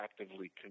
Actively